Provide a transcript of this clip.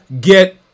get